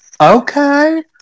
okay